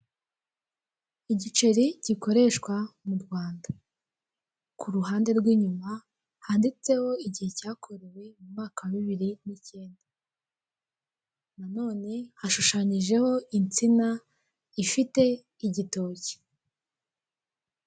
Inzu igurishwa iherereye i Kigali Kibagabaga ku giciro cya miliyoni ijana na mirongo ine ku mafaranga y'u rwanda nziza hose ifite amakaro kandi ikinze neza.